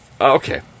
Okay